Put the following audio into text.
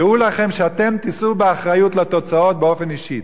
דעו לכם שאתם תישאו באחריות לתוצאות באופן אישי.